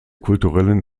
kulturellen